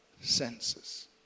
senses